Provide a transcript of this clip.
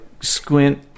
squint